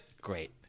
great